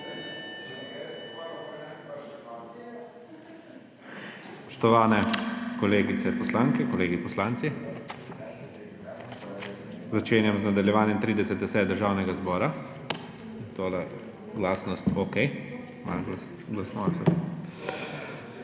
Spoštovane kolegice poslanke, kolegi poslanci! Začenjam z nadaljevanjem 30. seje Državnega zbora. Tale glasnost …, okej, malo glasno je